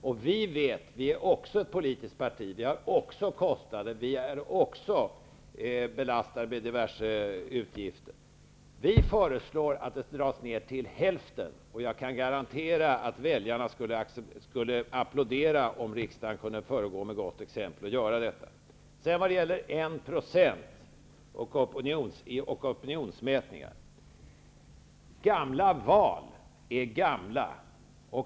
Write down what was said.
Vi i Ny demokrati, som också är ett politiskt parti, som också har kostnader och som också är belastade med diverse utgifter föreslår att beloppet dras ner till hälften. Jag kan garantera att väljarna skulle applådera om riksdagen kunde föregå med gott exempel och göra detta. Sedan till frågan om 1 % och opinionsmätningar. Gamla val är gamla.